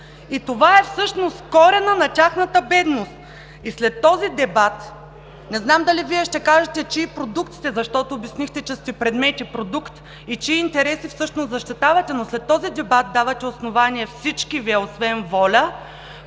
и това е всъщност коренът на тяхната бедност. И след този дебат, не знам дали Вие ще кажете чий продукт сте, защото обяснихте, че сте предмет и продукт и чии интереси всъщност защитавате, но след този дебат давате основание на всички Вас, освен „Воля“,